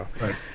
Right